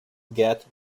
get